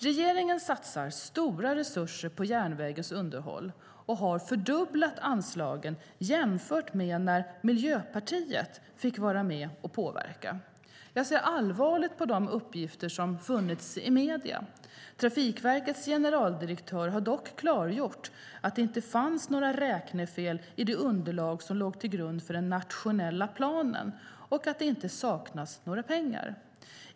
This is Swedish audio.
Regeringen satsar stora resurser på järnvägens underhåll och har fördubblat anslagen jämfört med när Miljöpartiet fick vara med och påverka. Jag ser allvarligt på de uppgifter som funnits i medierna. Trafikverkets generaldirektör har dock klargjort att det inte fanns några räknefel i de underlag som låg till grund för den nationella planen och att det inte saknas några pengar.